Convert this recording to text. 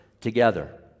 together